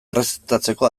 errezetatzeko